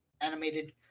animated